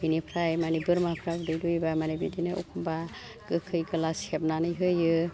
बिनिफ्राय मानि बोरमाफ्रा उदै दुयोबा माने बिदिनो अखम्बा गोखै गोला सेबनानै होयो